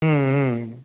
हं हं